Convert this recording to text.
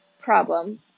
problem